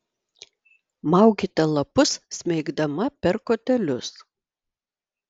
maukite lapus smeigdama per kotelius